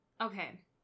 Okay